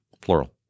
plural